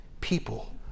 people